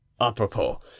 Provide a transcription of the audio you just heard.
Apropos